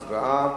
הצבעה.